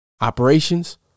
Operations